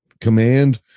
command